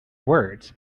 words